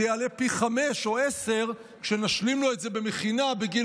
זה יעלה פי חמישה או עשרה כשנשלים לו את זה במכינה בגיל